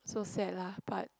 so sad lah but